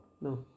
No